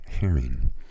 Herring